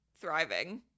thriving